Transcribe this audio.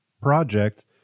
project